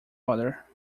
other